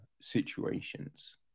situations